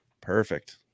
perfect